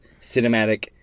cinematic